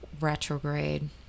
retrograde